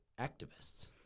activists